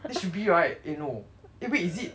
should be right eh no eh wait is it